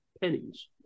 pennies